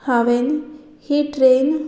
हांवें ही ट्रेन